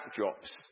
backdrops